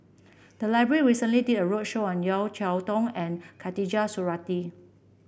the library recently did a roadshow on Yeo Cheow Tong and Khatijah Surattee